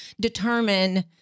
determine